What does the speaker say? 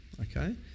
Okay